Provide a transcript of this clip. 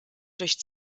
durch